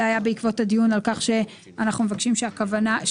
זה היה בעקבות הדיון על כך שאנחנו מבקשים שתהיה